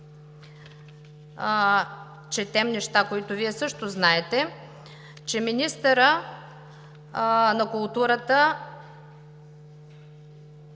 четем неща, които Вие също знаете – че министърът на културата